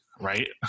right